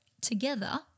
together